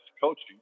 coaching